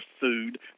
food